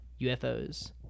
UFOs